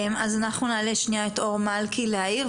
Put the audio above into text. אז אנחנו נעלה שנייה את אור מלכי להעיר,